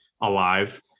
alive